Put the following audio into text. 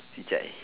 chit chat eh